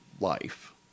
life